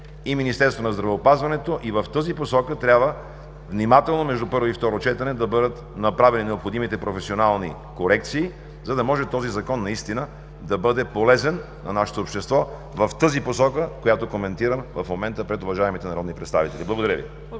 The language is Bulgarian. и Министерството на здравеопазването. Трябва внимателно между първо и второ четене да бъдат направени необходимите професионални корекции, за да може този Закон наистина да бъде полезен на нашето общество в посоката, която коментирам в момента пред уважаемите народни представители. Благодаря Ви.